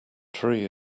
tree